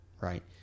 right